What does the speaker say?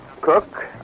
Cook